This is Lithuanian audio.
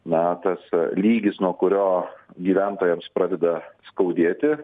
na tas lygis nuo kurio gyventojams pradeda skaudėti